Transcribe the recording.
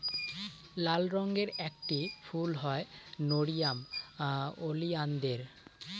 লাল রঙের একটি ফুল হয় নেরিয়াম ওলিয়ানদের